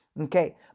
Okay